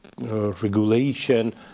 regulation